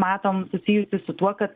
matom susijusį su tuo kad